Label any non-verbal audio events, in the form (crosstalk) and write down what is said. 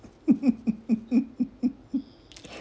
(laughs)